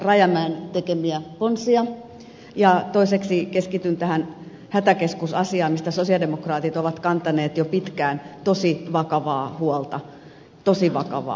rajamäen tekemiä ponsia ja toiseksi keskityn tähän hätäkeskusasiaan mistä sosialidemokraatit ovat kantaneet jo pitkään tosi vakavaa huolta tosi vakavaa